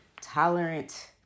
tolerant